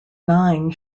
nine